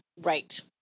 Right